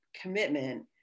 commitment